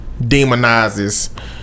demonizes